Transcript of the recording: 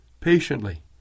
patiently